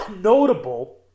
notable